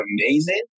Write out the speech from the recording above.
amazing